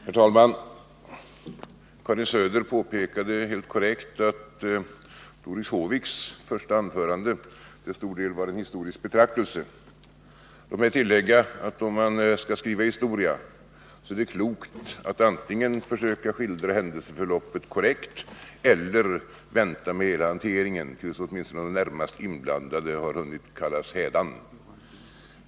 Herr talman! Karin Söder påpekade helt korrekt att Doris Håviks första anförande var en historisk betraktelse. Låt mig tillägga att om man skall skriva historia är det klokt att antingen försöka skildra händelsförloppet korrekt eller vänta med hela hanteringen tills de närmast inblandande har hunnit kallas hädan.